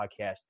podcast